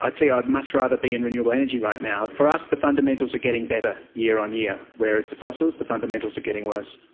i tell you, ah i'd much rather be in renewable energy right now. for us the fundamentals are getting better year on year, whereas the fossils, the fundamentals are getting worse.